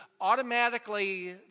automatically